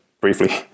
briefly